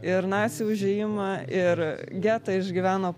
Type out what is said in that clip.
ir nacių užėjimą ir getą išgyveno